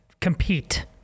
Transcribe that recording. compete